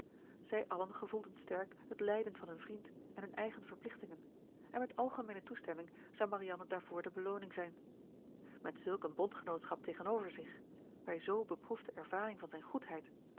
zij allen gevoelden sterk het lijden van hun vriend en hun eigen verplichtingen en met algemeene toestemming zou marianne daarvoor de belooning zijn met zulk een bondgenootschap tegenover zich bij zoo beproefde ervaring van zijn goedheid